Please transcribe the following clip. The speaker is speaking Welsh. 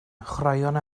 chwaraeon